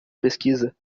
pesquisa